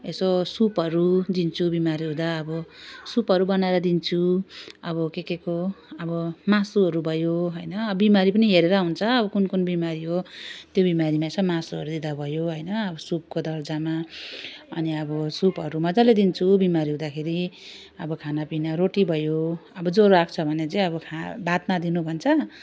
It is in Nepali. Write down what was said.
यसो सुपहरू दिन्छु बिमारी हुँदा अब सुपहरू बनाएर दिन्छु अब के केको अब मासुहरू भयो होइन बिमारी पनि हेरेर हुन्छ अब कुन कुन बिमारी हो त्यो बिमारीमा यसो मासुहरू दिँदा भयो होइन अब सुपको दर्जामा अनि अब सुपहरू मज्जाले दिन्छु बिमारी हुँदाखेरि अब खानापिना रोटी भयो अब ज्वरो आएको छ भने चाहिँ अब भात नदिनु भन्छ